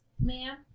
Ma'am